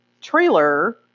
trailer